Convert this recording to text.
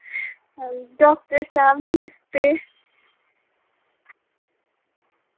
doctor साहब नमस्ते